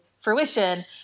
fruition